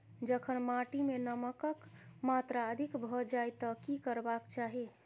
जखन माटि मे नमक कऽ मात्रा अधिक भऽ जाय तऽ की करबाक चाहि?